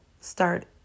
start